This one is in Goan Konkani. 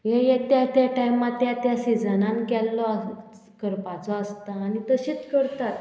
हे हे त्या त्या टायमा त्या त्या सिजनान केल्लो आस करपाचो आसता आनी तशेंच करतात